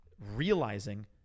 realizing